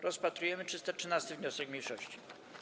Rozpatrujemy 313. wniosek mniejszości.